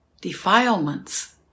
defilements